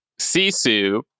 Sisu